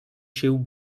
się